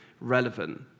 relevant